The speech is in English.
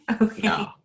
Okay